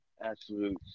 Absolute